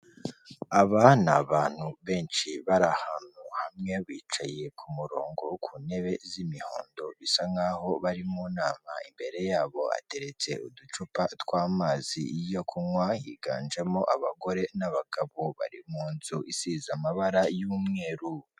Abana ni abantu benshi bari ahantu hamwe, bicaye ku murongo ku ntebe z'imihondo bisa nk'aho bari mu nama, imbere yabo hateretse uducupa tw'amazi yo kunywa, higanjemo abagore n'abagabo bari mu nzu isize amabara y'umweru.